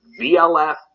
vlf